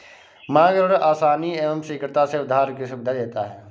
मांग ऋण आसानी एवं शीघ्रता से उधार की सुविधा देता है